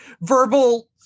verbal